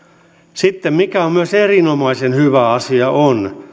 sitten mikä on myös erinomaisen hyvä asia on